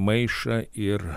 maišą ir